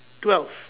twelve